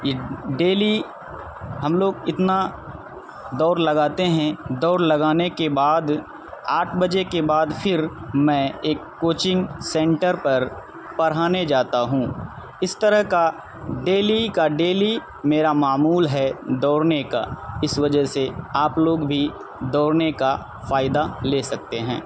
یہ ڈیلی ہم لوگ اتنا دوڑ لگاتے ہیں دوڑ لگانے کے بعد آٹھ بجے کے بعد پھر میں ایک کوچنگ سنٹر پر پڑھانے جاتا ہوں اس طرح کا ڈیلی کا ڈیلی میرا معمول ہے دوڑنے کا اس وجہ سے آپ لوگ بھی دوڑنے کا فائدہ لے سکتے ہیں